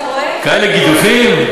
כאלה גידופים?